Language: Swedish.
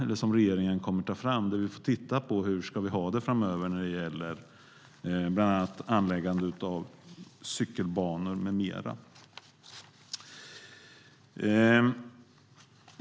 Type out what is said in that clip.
Där får vi titta på hur vi ska ha det framöver, bland annat när det gäller anläggande av cykelbanor med mera.